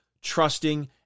trusting